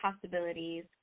possibilities